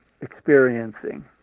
experiencing